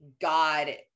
God